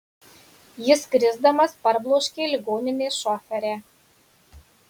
jis krisdamas parbloškė ligoninės šoferę